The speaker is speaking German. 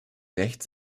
recht